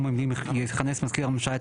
במקום המילים 'יכנס מזכיר הממשלה את